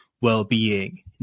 well-being